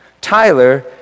Tyler